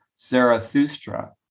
Zarathustra